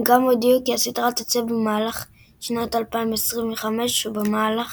הם גם הודיעו כי הסדרה תצא או במהלך שנת 2025 או במהלך